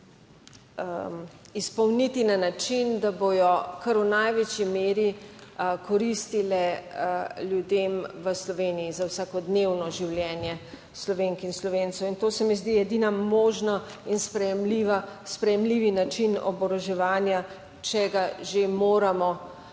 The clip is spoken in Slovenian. izpolniti na način, da bodo kar v največji meri koristile ljudem v Sloveniji za vsakodnevno življenje Slovenk in Slovencev. In to se mi zdi edini možen in sprejemljiv način oboroževanja, če se ga že moramo